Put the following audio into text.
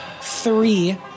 Three